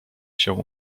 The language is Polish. się